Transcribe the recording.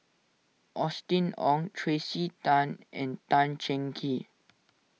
Austen Ong Tracey Tan and Tan Cheng Kee